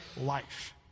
life